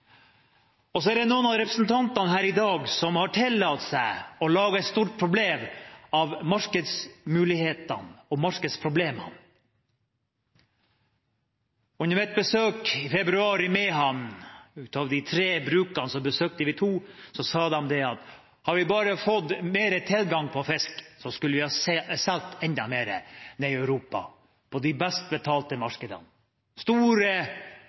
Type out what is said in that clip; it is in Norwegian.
Og så er det noen av representantene her i dag som har tillatt seg å lage et stort problem av markedsmulighetene og markedsproblemene. Under mitt besøk i Mehamn i februar – av tre bruk besøkte vi to – sa de at hvis de bare hadde fått tilgang på mer fisk, kunne de solgt mer i Europa på de best betalte